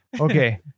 okay